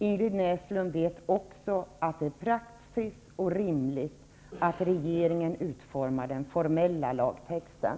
Ingrid Näslund vet också att det är praktiskt och rimligt att regeringen utformar den formella lagtexten.